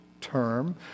term